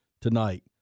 tonight